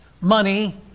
money